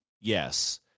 Yes